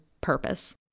purpose